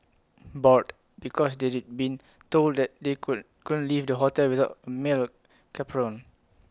bored because they'd been told that they couldn't couldn't leave the hotel without male chaperone